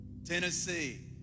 Tennessee